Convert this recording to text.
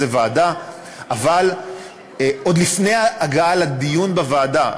ועוד יש דיון על הוועדה.